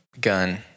gun